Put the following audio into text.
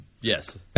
yes